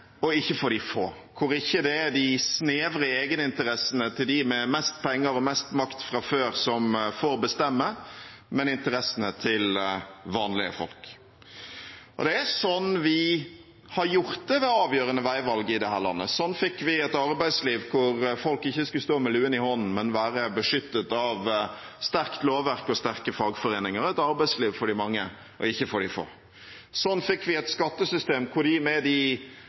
og ikke for de få, der det ikke er de snevre egeninteressene til dem med mest penger og mest makt fra før som får bestemme, men interessene til vanlige folk. Det er slik vi har gjort det ved avgjørende veivalg i dette landet. Slik fikk vi et arbeidsliv der folk ikke skulle stå med luen i hånden, men være beskyttet av et sterkt lovverk og sterke fagforeninger – et arbeidsliv for de mange og ikke for de få. Slik fikk vi et skattesystem der de med de